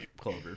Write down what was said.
Clover